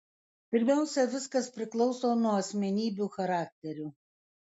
pirmiausia viskas priklauso nuo asmenybių charakterių